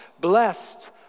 blessed